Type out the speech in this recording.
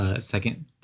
second